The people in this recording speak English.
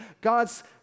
God's